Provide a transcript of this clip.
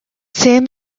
seemed